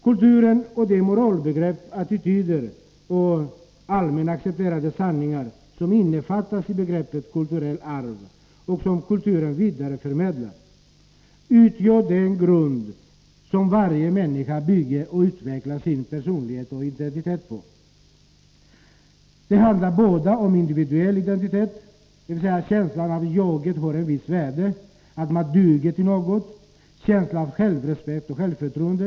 Kulturen och de moralbegrepp, attityder och allmänt accepterade sanningar som innefattas i begreppet kulturellt arv och som kulturen vidareförmedlar utgör den grund som varje människa bygger och utvecklar sin personlighet och identitet på. Det handlar om individuell identitet, dvs. känslan av att jaget har ett visst värde, att man duger till något, och känslan av självrespekt och självförtroende.